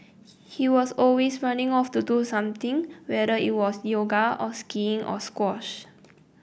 he was always running off to do something whether it was yoga or skiing or squash